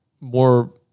more